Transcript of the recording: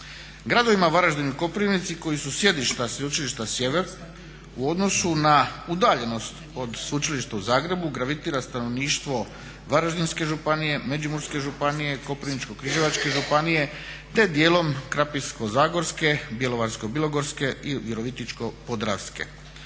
Gradovima Varaždinu i Koprivnici koji su sjedišta Sveučilišta "Sjever" u odnosu na udaljenost od Sveučilišta u Zagrebu gravitira stanovništvo Varaždinske županije, Međimurske županije, Koprivničko-križevačke županije te dijelom Krapinsko-zagorske, Bjelovarsko-bilogorske i Virovitičko-podravske.